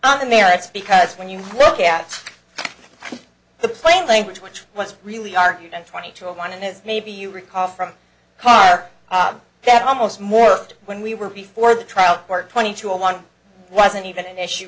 on the merits because when you look at the plain language which was really argued and twenty to one and it's maybe you recall from higher up that almost more when we were before the trial court twenty two on one wasn't even an issue